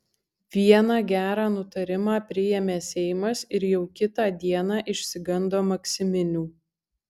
vieną gerą nutarimą priėmė seimas ir jau kitą dieną išsigando maksiminių